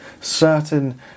certain